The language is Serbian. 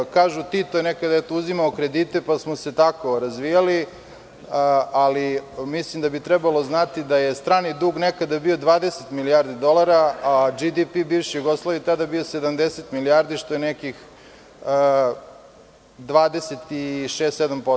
Kažu – Tito je nekad uzimao kredite, pa smo se tako razvijali, ali mislim da bi trebalo znati da je strani dug nekada bio 20 milijardi dolara, a BDP bivše Jugoslavije je tada bio 70 milijardi, što je nekih 26%-27%